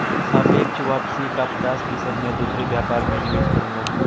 सापेक्ष वापसी का पचास फीसद मैं दूसरे व्यापार में निवेश करूंगा